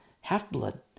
half-blood